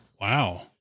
Wow